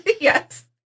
Yes